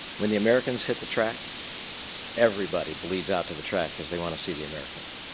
when the americans hit the track everybody bleeds out to the track because they want to see the americans.